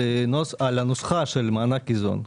על הנוסחה של מענק איזון.